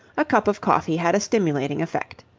a cup of coffee had a stimulating effect.